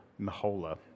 Mahola